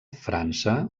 frança